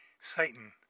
Satan